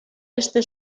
este